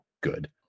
good